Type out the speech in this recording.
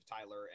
Tyler